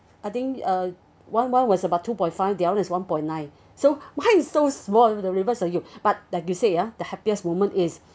I think uh one one was about two point five the other one is one point nine so mine is so small the reverse of you but like you say ah the happiest moment is